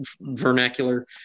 vernacular